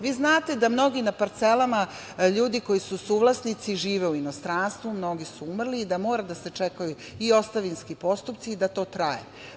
Vi znate da mnogi na parcelama ljudi koji su suvlasnici žive u inostranstvu, mnogi su umrli i da moraju da se čekaju i ostavinski postupci i da to traje.